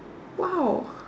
!wow!